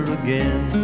again